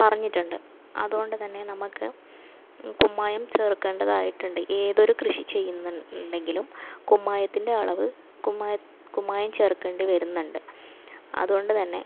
പറഞ്ഞിട്ടുണ്ട് അതുകൊണ്ട് തന്നെ നമുക്ക് കുമ്മായം ചേർക്കേണ്ടതായിട്ടുണ്ട് ഏതൊരു കൃഷി ചെയ്യുന്നുണ്ടെങ്കിലും കുമ്മായത്തിൻ്റെ അളവ് കുമ്മാ കുമ്മായം ചേർക്കേണ്ടി വരുന്നുണ്ട് അതുകൊണ്ടുതന്നെ